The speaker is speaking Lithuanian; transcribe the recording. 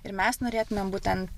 ir mes norėtumėm būtent